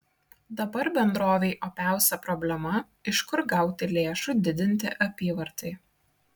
dabar bendrovei opiausia problema iš kur gauti lėšų didinti apyvartai